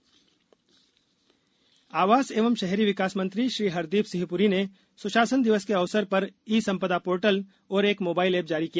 सुशासन दिवस आवास एवं शहरी विकास मंत्री श्री हरदीप सिंह पुरी ने सुशासन दिवस के अवसर पर ई संपदा पोर्टल और एक मोबाइल ऐप जारी किया